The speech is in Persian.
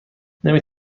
نمی